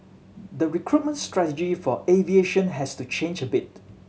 the recruitment strategy for aviation has to change a bit